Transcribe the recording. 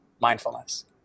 mindfulness